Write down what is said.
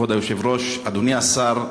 כבוד היושב-ראש, אדוני השר,